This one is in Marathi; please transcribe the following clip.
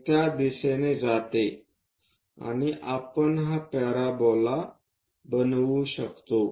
ते त्या दिशेने जाते आणि आपण हा पॅराबोला बांधू शकतो